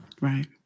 Right